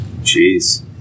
Jeez